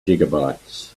gigabytes